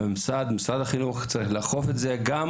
הממסד ומשרד החינוך צריכים לאכוף את זה וגם